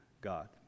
God